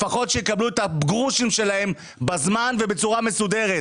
שלפחות יקבלו את הגרושים שלהם בזמן ובצורה מסודרת.